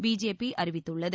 BJP அறிவித்துள்ளது